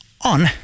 on